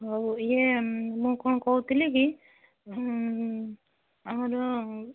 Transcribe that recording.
ହଉ ଇଏ ମୁଁ କ'ଣ କହୁଥିଲି କି ଆମର